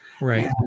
Right